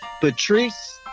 Patrice